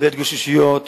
ואת ההתגוששויות